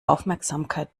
aufmerksamkeit